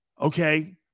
okay